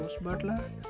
butler